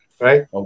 right